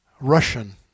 Russian